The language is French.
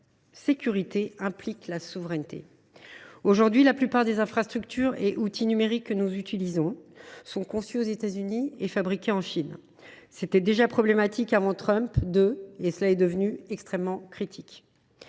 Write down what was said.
sécurité implique la souveraineté. La plupart des infrastructures et outils numériques que nous utilisons sont conçus aux États Unis et fabriqués en Chine. C’était déjà problématique avant la deuxième présidence Trump ; cela devient extrêmement critique.